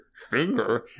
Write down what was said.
finger